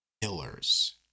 pillars